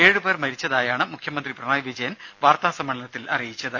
ഏഴു പേർ മരിച്ചതായാണ് മുഖ്യമന്ത്രി പിണറായി വിജയൻ വാർത്താ സമ്മേളനത്തിൽ അറിയിച്ചത്